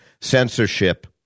censorship